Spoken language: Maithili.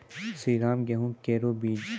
श्रीराम गेहूँ केरो बीज?